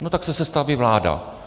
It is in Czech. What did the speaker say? No tak se sestaví vláda.